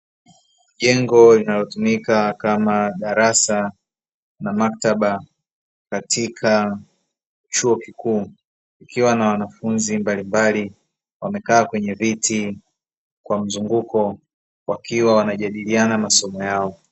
Jengo linalotumika kama darasa na maktaba katika chuo kikuu. Kukiwa na wanafunzi mbalimbali wamekaa kwenye viti kwa mzunguko, wakiwa wanajadiliana masomo yao.